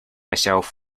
myself